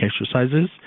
exercises